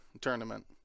tournament